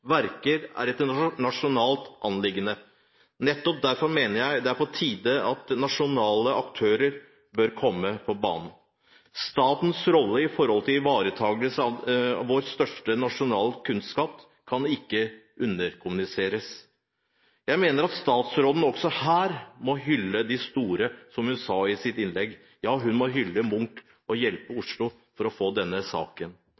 verker er et nasjonalt anliggende. Nettopp derfor mener jeg at det er på tide at nasjonale aktører bør komme på banen. Statens rolle når det gjelder ivaretakelse av en av våre største nasjonale kulturskatter, kan ikke underkommuniseres. Jeg mener at statsråden også her må hylle de store, som hun sa i sitt innlegg. Ja, hun må hylle Munch og hjelpe Oslo med denne saken.